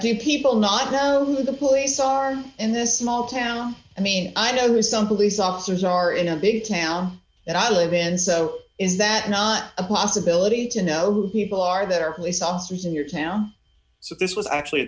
do people not know who the police are in this small town i mean i know who some police officers are in a big town that i live in so is that not a possibility to know who he will are there are police officers in your town so this was actually